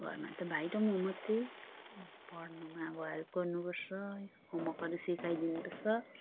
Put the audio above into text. अन्त घरमा त भाइ र म मात्रै पढनमा अब हेल्प गर्नु पर्छ होमवर्कहरू सिकाइदिनु पर्छ